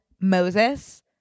Moses